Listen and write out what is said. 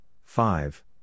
five